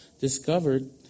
discovered